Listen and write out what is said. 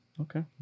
okay